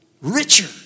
Richer